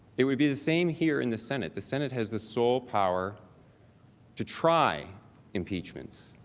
it would be the same here in the senate the senate has the sole power to try impeachment.